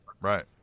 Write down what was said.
Right